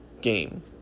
game